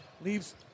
Leaves